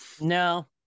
No